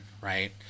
right